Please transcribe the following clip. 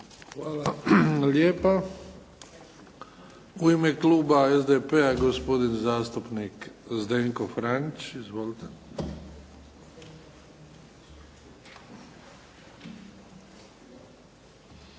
Hvala lijepa. U ime kluba SDP-a gospodin zastupnik Zdenko Franić. Izvolite.